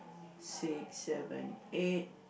six seven eight